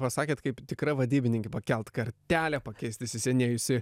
pasakėt kaip tikra vadybininkė pakelt kartelę pakeist įsisenėjusį